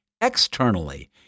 Externally